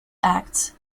acts